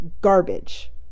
garbage